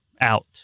out